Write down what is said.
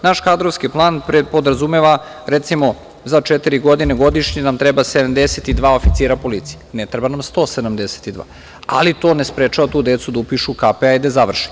Naš kadrovski plan podrazumeva recimo, za četiri godine godišnje nam treba 72 oficira policije, ne treba nam 172, ali to ne sprečava tu decu da upišu KP i da završe.